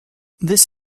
this